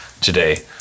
today